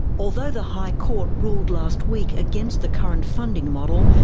although the high court ruled last week against the current funding model,